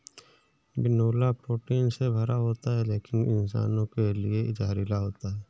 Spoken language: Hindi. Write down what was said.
बिनौला प्रोटीन से भरा होता है लेकिन इंसानों के लिए जहरीला होता है